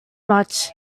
much